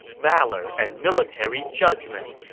valor and military judgment,